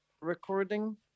recording